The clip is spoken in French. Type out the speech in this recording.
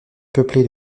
peuplées